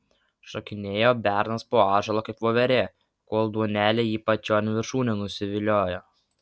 šokinėjo bernas po ąžuolą kaip voverė kol duonelė jį pačion viršūnėn nusiviliojo